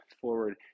forward